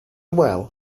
well